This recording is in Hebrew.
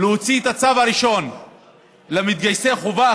להוציא את הצו הראשון למתגייסי חובה,